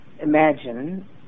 imagine